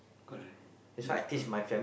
correct this true